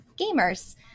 gamers